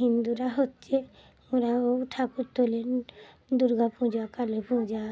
হিন্দুরা হচ্ছে ওরাও ঠাকুর তোলেন দুর্গা পূজা কালী পূজা